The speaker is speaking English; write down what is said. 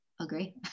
agree